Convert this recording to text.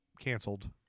canceled